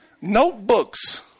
notebooks